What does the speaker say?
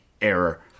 error